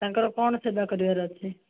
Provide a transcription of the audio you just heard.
ତାଙ୍କର କ'ଣ ସେବା କରିବାର ଅଛି